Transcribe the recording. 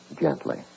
gently